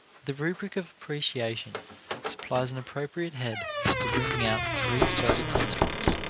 the rubric of appreciation supplies an appropriate head for bringing out three further principles